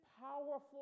powerful